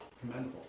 commendable